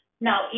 Now